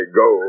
go